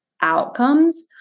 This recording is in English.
outcomes